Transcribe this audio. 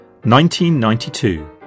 1992